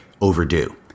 overdue